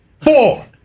four